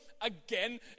again